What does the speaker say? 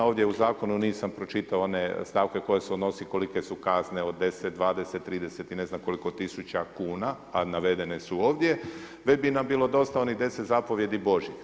Ovdje u zakonu nisam pročitao one stavke koje se odnosi kolike su kazne od 10, 20, 30 i ne znam koliko tisuća kuna a navedene su ovdje, već bi nam bilo dosta onih zapovjedi Božjih.